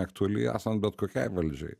aktuali esant bet kuriai valdžiai